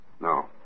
No